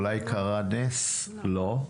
אולי קרה נס - לא.